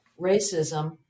racism